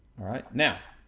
all right? now,